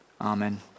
Amen